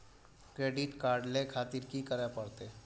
Credit card ले खातिर की करें परतें?